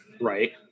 right